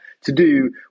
to-do